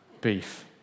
beef